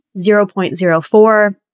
0.04